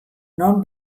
non